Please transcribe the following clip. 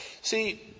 See